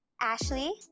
Ashley